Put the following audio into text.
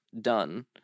done